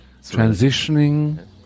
transitioning